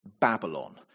Babylon